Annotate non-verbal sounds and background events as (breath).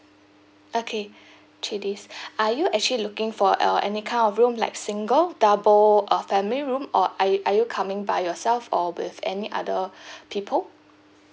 okay three days (breath) are you actually looking for uh any kind of room like single double or family room or are you are you coming by yourself or with any other (breath) people